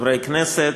חברי כנסת,